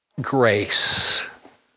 grace